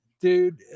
dude